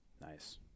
Nice